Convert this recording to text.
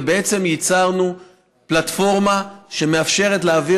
ובעצם ייצרנו פלטפורמה שמאפשרת להעביר